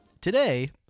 Today